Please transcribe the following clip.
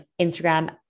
Instagram